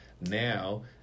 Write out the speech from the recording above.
Now